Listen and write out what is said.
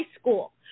school